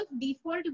default